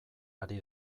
ari